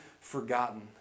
forgotten